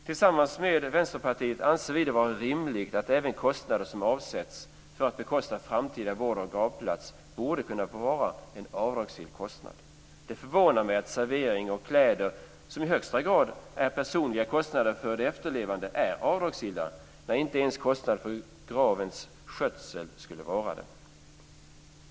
Tillsammans med Vänsterpartiet anser vi det vara rimligt att även kostnader som avsätts för att bekosta framtida vård av gravplats borde kunna vara en avdragsgill kostnad. Det förvånar mig att servering och kläder, som i högsta grad är personliga kostnader för efterlevande, är avdragsgilla när inte ens kostnader för gravens skötsel skulle vara det.